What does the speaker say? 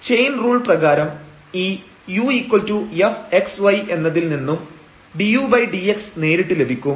chain rule പ്രകാരം ഈ ufxy എന്നതിൽ നിന്നും dudx നേരിട്ട് ലഭിക്കും